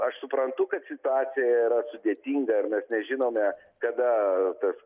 aš suprantu kad situacija yra sudėtinga ir mes nežinome kada tas